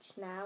now